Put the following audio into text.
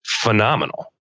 phenomenal